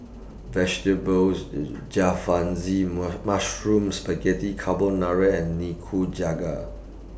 Vegetables Jalfrezi Mushroom Spaghetti Carbonara and Nikujaga